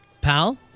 pal